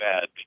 bad